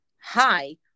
hi